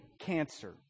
cancer